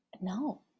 no